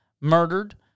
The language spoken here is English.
murdered